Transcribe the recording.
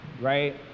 right